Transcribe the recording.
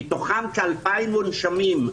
מתוכם כ-2,000 מונשמים.